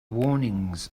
warnings